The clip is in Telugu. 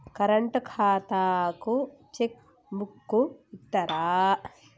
కరెంట్ ఖాతాకు చెక్ బుక్కు ఇత్తరా?